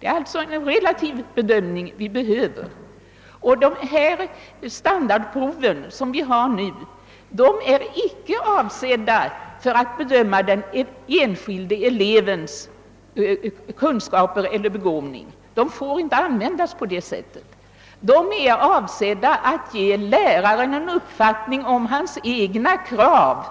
De standardprov vi nu har är inte avsedda att användas för bedömning av den enskilde elevens kunskaper eller begåvning. De är avsedda att ge läraren en uppfattning om huruvida hans egna krav